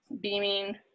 beaming